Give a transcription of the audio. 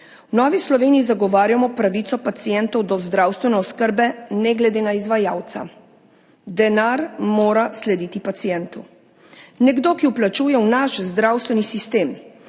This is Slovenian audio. V Novi Sloveniji zagovarjamo pravico pacientov do zdravstvene oskrbe ne glede na izvajalca. Denar mora slediti pacientu. Nekdo, ki vplačuje v naš zdravstveni sistem